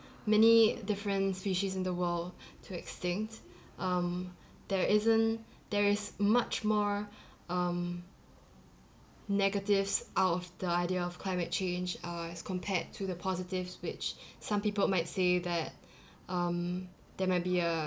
many different species in the world to extinct um there isn't there is much more um negatives out of the idea of climate change uh as compared to the positives which some people might say that um there might be a